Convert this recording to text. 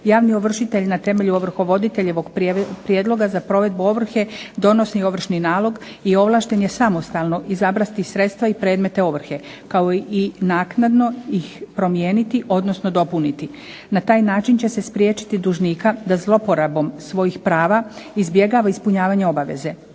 Javni ovršitelj na temelju ovrhovoditeljevog prijedloga za provedbu ovrhe donosi ovršni nalog i ovlašten je samostalno izabrati sredstva i predmete ovrhe, kao i naknadno ih promijeniti, odnosno dopuniti. Na taj način će se spriječiti dužnika da zloporabom svojih prava izbjegava ispunjavanje obaveze.